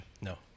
No